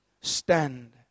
stand